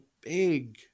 big